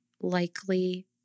likely